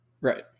Right